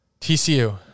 TCU